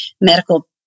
medical